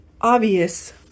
obvious